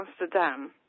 Amsterdam